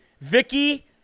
Vicky